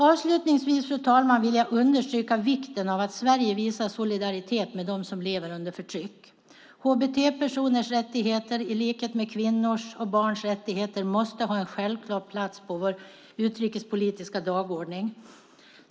Avslutningsvis, fru talman, vill jag understryka vikten av att Sverige visar solidaritet med dem som lever under förtryck. Hbt-personers rättigheter i likhet med kvinnors och barns rättigheter måste ha en självklar plats på vår utrikespolitiska dagordning.